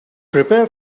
prepare